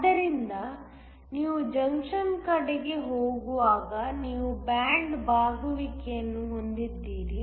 ಆದ್ದರಿಂದ ನೀವು ಜಂಕ್ಷನ್ ಕಡೆಗೆ ಹೋಗುವಾಗ ನೀವು ಬ್ಯಾಂಡ್ ಬಾಗುವಿಕೆಯನ್ನು ಹೊಂದಿದ್ದೀರಿ